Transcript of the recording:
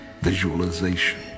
visualization